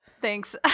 thanks